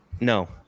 No